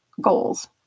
goals